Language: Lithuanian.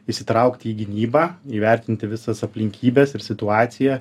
įsitraukti į gynybą įvertinti visas aplinkybes ir situaciją